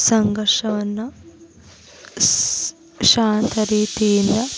ಸಂಘರ್ಷವನ್ನು ಶಾಂತ ರೀತಿಯಿಂದ